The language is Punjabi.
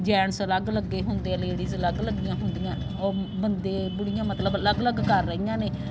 ਜੈਂਟਸ ਅਲੱਗ ਲੱਗੇ ਹੁੰਦੇ ਲੇਡੀਜ ਅਲੱਗ ਲੱਗੀਆਂ ਹੁੰਦੀਆਂ ਉਹ ਬੰਦੇ ਬੁੜੀਆਂ ਮਤਲਬ ਅਲੱਗ ਅਲੱਗ ਕਰ ਰਹੀਆਂ ਨੇ